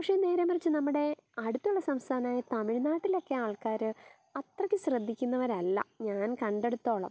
പക്ഷേ നേരെ മറിച്ച് നമ്മുടെ അടുത്തുള്ള സംസ്ഥാനമായ തമിഴ്നാട്ടിലൊക്കെ ആൾക്കാര് അത്രക്ക് ശ്രദ്ധിക്കുന്നവരല്ല ഞാൻ കണ്ടെടുത്തോളം